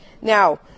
Now